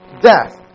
death